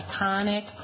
iconic